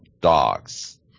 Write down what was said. dogs